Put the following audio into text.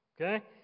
okay